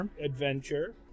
adventure